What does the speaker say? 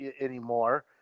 anymore